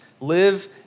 Live